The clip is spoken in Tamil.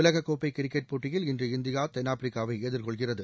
உலக கோப்பை கிரிக்கெட் போட்டியில் இன்று இந்தியா தென்னாப்பிரிக்காவை எதிர்கொள்கிறது